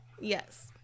Yes